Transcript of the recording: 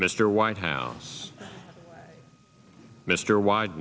mr white house mr wyde